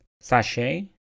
sachet